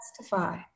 testify